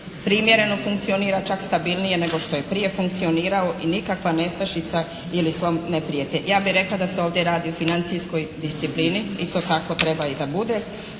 primjereno funkcionira čak stabilnije nego što je funkcionirao i nikakva nestašica i slom ne prijeti. Ja bih rekla da se ovdje radi o financijskoj disciplini i to tako treba i da bude.